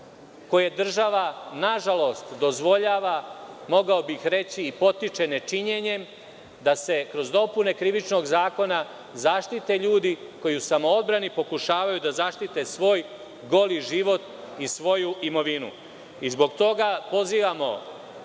koje država, nažalost, dozvoljava, mogao bih reći, ne činjenjem da se kroz dopune Krivičnog zakona zaštite ljudi koji u samoodbrani pokušavaju da zaštite svoj goli život i svoju imovinu. Zbog toga pozivamo